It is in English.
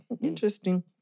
Interesting